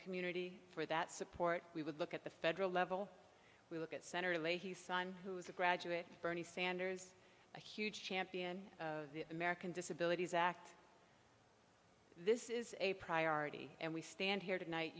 community for that support we would look at the federal level we look at senator leahy's son who is a graduate bernie sanders a huge champion of the american disabilities act this is a priority and we stand here tonight